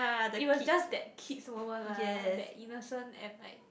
it was just that kids moment lah that innocent and like